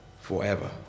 forever